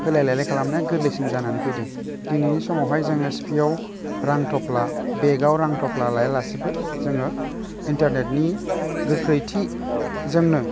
होलाय लालाय खालामनाया गोरलैसिन जानानै फैदों दिनैनि समावहाय जोङो सिफियाव रां थफ्ला बेगआव रां थफ्ला लाया लासिबो जोङो इन्टारनेटनि गोख्रैथिजोंनो